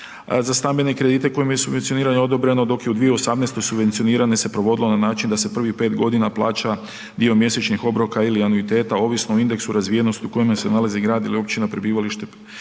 za stambene kredite kojima je subvencioniranje odobreno dok je u 2018. subvencioniranje se provodilo na način da se prvih 54 godina plaća dio mjesečnih obroka ili anuiteta ovisno o indeksu razvijenosti u kojemu se nalazi grad ili općina prebivalište